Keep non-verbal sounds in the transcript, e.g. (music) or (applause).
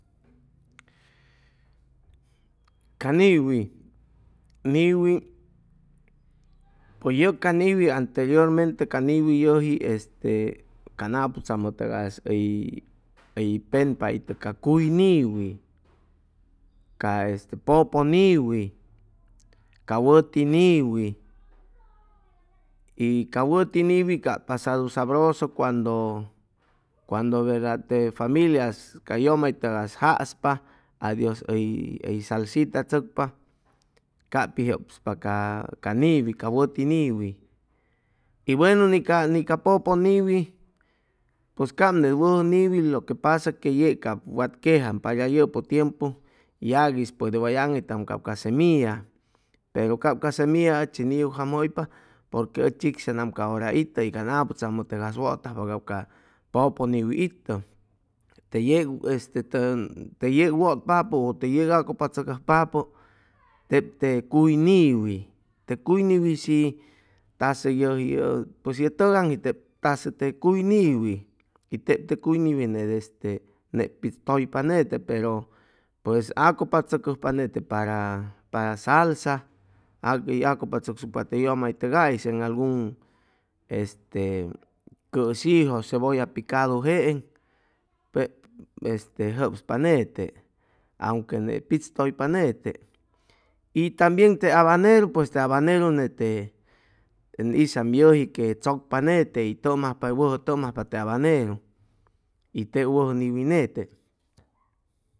Ca niwi niwi pues yʉg ca niwi anteriormente ca niwi yʉji este e can aputzamʉ tʉgas hʉy penpa itʉ ca cuy niwi ca este pʉpʉ niwi, ca wʉti niwi y ca wʉti niwi cap pasadu sabroso cuando cuando verda te familia cay yʉmaytʉgay jaspa adios hʉy hʉy salsita tzʉcpa cap pi jʉpspa ca ca niwi ca wʉti niwi y buenu ni ca ni ca pʉpʉ niwi pʉs cap net wʉjʉ niwi lo que pasa que yeg wat quejam para yʉpʉ tiempu yaguis puede way aŋitam cap ca semilla pero cap ca semilla ʉchis ʉn niugjamʉjʉypa porque ʉ chikzaŋ ca hura itʉ y can aputzamʉ tʉgas wʉtajpa cap ca pʉpʉ niwi itʉ te yeg este tʉn yeg wʉtpapʉ u teg ʉcupachʉcpapʉ tep te cuy niwi te cuy niwi shi tazʉ yʉji yʉji pues ye tʉgaŋji tep tazʉ te cuy niwi y tep te cuy niwi net este nets pi tʉypa nete pero pues acupachʉcʉjpa nete para para salsa hʉy acupachʉcsucpa te yʉmay tʉgais en algun este cʉshijʉ cebolla piadu jeeŋ (hesitation) jʉpspa nete aunque net pitz tʉypa nete y tambien te abaneru pues abaneru nete ʉn hizam yʉji que tzʉcpa nete y tʉm ajpa hʉy wʉjʉ tʉm ajpa te abaneru y tep wʉjʉ niwi nete